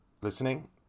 listening